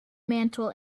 mantel